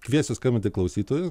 kviesiu skambinti klausytoją